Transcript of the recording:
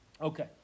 Okay